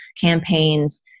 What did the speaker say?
campaigns